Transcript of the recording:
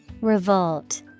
Revolt